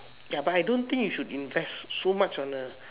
ya but I don't think you should invest so much on the